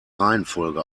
reihenfolge